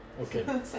Okay